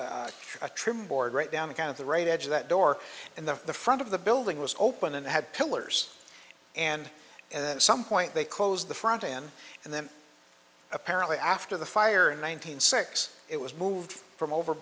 is a trim board right down the kind of the right edge that door in the front of the building was open and had pillars and at some point they closed the front end and then apparently after the fire in one thousand six it was moved from over